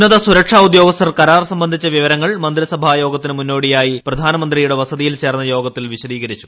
ഉന്നത സുരക്ഷാ ഉദ്യോഗസ്ഥർ കരാർ സംബന്ധിച്ച വിവരങ്ങൾ മന്ത്രിസഭാ യോഗത്തിന് മുന്നോടിയായി പ്രധാനമന്ത്രിയുടെ വസതിയിൽ ചേർന്ന യോഗത്തിൽ വിശദീകരിച്ചു